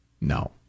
No